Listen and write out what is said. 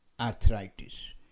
arthritis